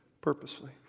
purposely